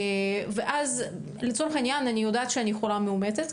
ואז לצורך העניין גיליתי שאני חולה מאומתת,